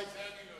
את זה אני לא יודע.